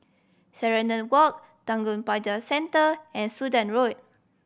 Serenade Walk Tanjong Pagar Centre and Sudan Road